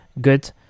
good